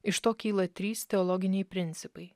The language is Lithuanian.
iš to kyla trys teologiniai principai